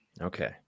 Okay